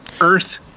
Earth